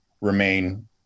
remain